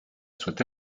soit